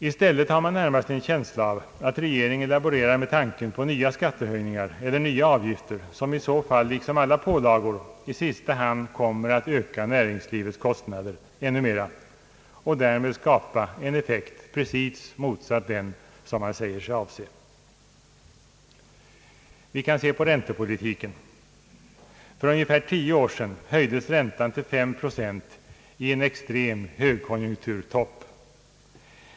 I stället har man närmast en känsla av att regeringen nu laborerar med tanken på nya skattehöjningar eller nya avgifter, som i så fall liksom alla pålagor i sista hand kommer att öka näringslivets kostnader ännu mera och därmed skapa en effekt precis motsatt den som man säger sig avse. Vi kan se på räntepolitiken. För ungefär tio år sedan höjdes räntan till 5 procent i en extrem högkonjunkturtopp.